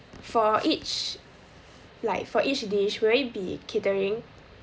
for each like for each dish will it be catering